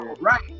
Right